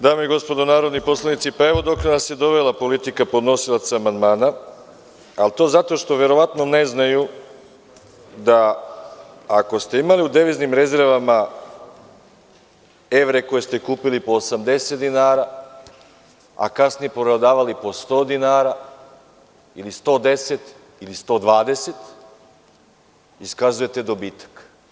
Dame i gospodo narodni poslanici, pa evo dokle nas je dovela politika podnosilaca amandmana, ali to zato što verovatno ne znaju da ako ste imali u deviznim rezervama evre koje ste kupili po 80 dinara, a kasnije prodavali po 100 dinara ili 110 ili 120, iskazujete dobitak.